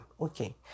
Okay